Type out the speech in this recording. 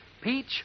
Peach